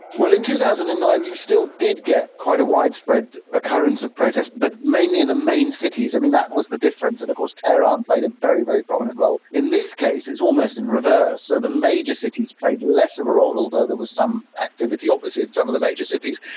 well, in two thousand and nine you still did get quite a widespread occurrence of protest but mainly in the main cities. um that was the difference, and of course tehran played a very, very prominent role. in this case it's almost in reverse, so the major cities played less of a role, although there was some activity obviously in some of the major cities.